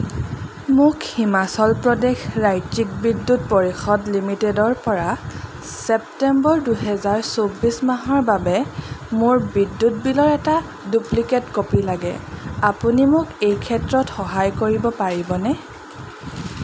মোক হিমাচল প্ৰদেশ ৰাজ্যিক বিদ্যুৎ পৰিষদ লিমিটেডৰপৰা ছেপ্টেম্বৰ দুহেজাৰ চৌবিছ মাহৰ বাবে মোৰ বিদ্যুৎ বিলৰ এটা ডুপ্লিকেট কপি লাগে আপুনি মোক এই ক্ষেত্ৰত সহায় কৰিব পাৰিবনে